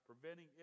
preventing